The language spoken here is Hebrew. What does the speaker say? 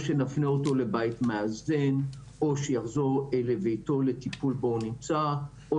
או שנפנה אותו לבית מאזן או שיחזור לביתו לטיפול בו הוא נמצא או